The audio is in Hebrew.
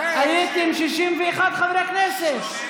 הייתם 61 חברי כנסת.